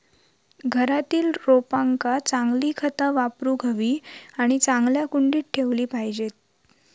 घरातील रोपांका चांगली खता वापरूक हवी आणि चांगल्या कुंडीत ठेवली पाहिजेत